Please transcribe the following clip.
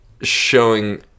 showing